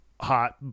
hot